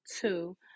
two